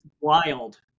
wild